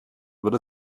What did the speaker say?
wird